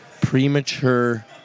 premature